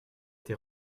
été